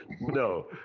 no